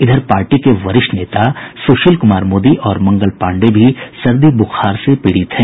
इधर पार्टी के वरिष्ठ नेता सुशील कुमार मोदी और मंगल पांडेय भी सर्दी ब्रखार से पीड़ित हैं